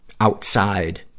outside